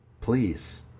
please